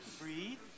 Breathe